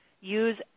Use